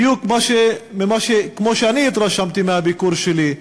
בדיוק כמו שאני התרשמתי מהביקור שלי,